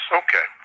okay